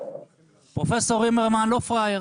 פרופ' רימרמן לא פראייר,